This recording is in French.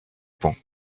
pont